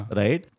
right